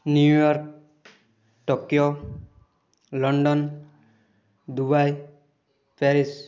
New York Tokyo London Dubai Paris